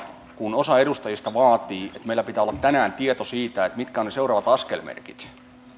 kun osa edustajista vaatii että meillä pitää olla tänään tieto siitä mitkä ovat ne seuraavat askelmerkit